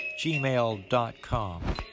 gmail.com